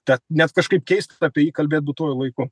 tad net kažkaip keista apie jį kalbėt būtuoju laiku